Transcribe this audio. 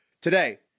Today